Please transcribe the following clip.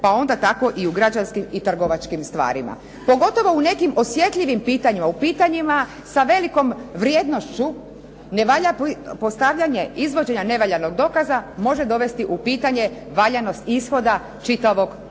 pa onda tako i u građanskim i trgovačkim stvarima. Pogotovo u nekim osjetljivim pitanjima, u pitanjima sa velikom vrijednošću, ne valja, postavljanje izvođenja nevaljanog dokaza može dovesti u pitanje, valjanost ishoda čitavog postupka.